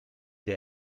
der